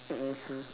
mmhmm